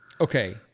Okay